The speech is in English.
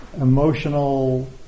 emotional